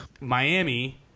Miami